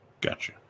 Gotcha